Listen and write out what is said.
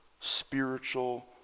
spiritual